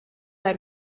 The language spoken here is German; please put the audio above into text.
bei